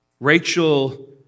Rachel